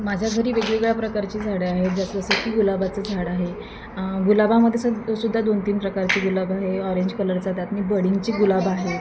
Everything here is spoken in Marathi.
माझ्या घरी वेगवेगळ्या प्रकारची झाडे आहेत जसं जसं की गुलाबाचं झाड आहे गुलाबामध्ये स सुद्धा दोन तीन प्रकारची गुलाब आहे ऑरेंज कलरचा त्यात आणि बडींगची गुलाब आहे